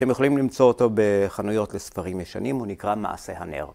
אתם יכולים למצוא אותו בחנויות לספרים ישנים, הוא נקרא מעשה הנר.